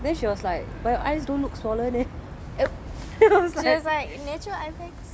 then she was like well eyes don't look swollen eh